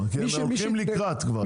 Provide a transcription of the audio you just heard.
כי הם הולכים לקראת כבר.